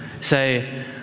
say